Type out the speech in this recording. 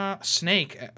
snake